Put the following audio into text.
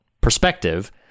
perspective